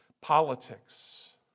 Politics